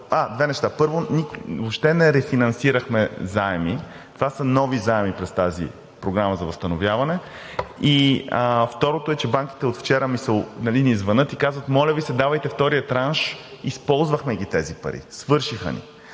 две неща. Първо, въобще не рефинансирахме заеми. Това са нови заеми през тази програма за възстановяване. И второто е, че банките от вчера ни звънят и казват: „Моля Ви се, давайте втория транш – използвахме ги тези пари, свършиха ни.“